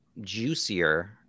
juicier